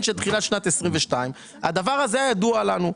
של תחילת 22'. הדבר הזה היה ידוע לנו.